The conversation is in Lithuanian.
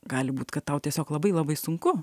gali būt kad tau tiesiog labai labai sunku